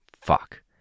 Fuck